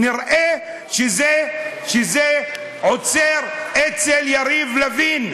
נראה שזה עוצר אצל יריב לוין.